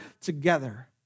together